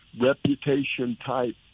reputation-type